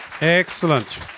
Excellent